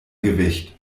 gewicht